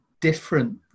different